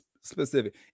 specific